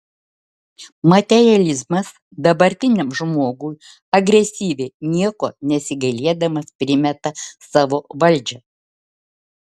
materializmas dabartiniam žmogui agresyviai nieko nesigailėdamas primeta savo valdžią